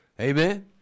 Amen